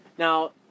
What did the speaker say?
Now